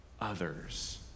others